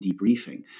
debriefing